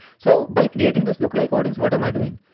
so by creating this lookalike audience, what am i doing?